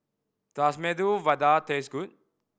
does Medu Vada taste good